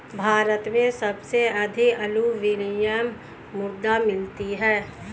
भारत में सबसे अधिक अलूवियल मृदा मिलती है